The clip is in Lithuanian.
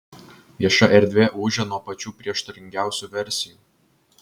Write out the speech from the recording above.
vieša erdvė ūžia nuo pačių prieštaringiausių versijų